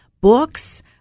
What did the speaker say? books